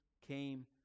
came